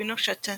שווינואוישצ'ה